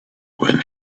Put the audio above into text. when